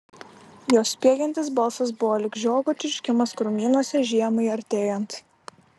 jos spiegiantis balsas buvo lyg žiogo čirškimas krūmynuose žiemai artėjant